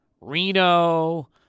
Reno